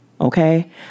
Okay